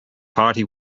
party